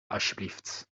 alsjeblieft